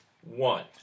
one